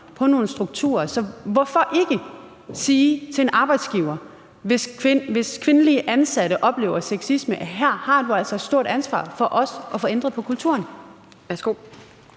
på nogle strukturer, så hvorfor ikke sige til en arbejdsgiver, hvis kvindelige ansatte oplever sexisme: Her har du altså et stort ansvar for også at få ændret på kulturen?